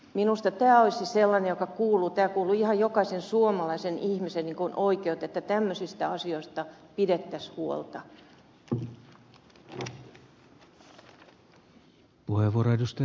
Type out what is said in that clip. minusta tämä olisi sellainen asia joka kuuluu ihan jokaisen suomalaisen ihmisen oikeuteen että tämmöisistä asioista pidettäisiin huolta